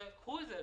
קחו את זה.